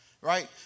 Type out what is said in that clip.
right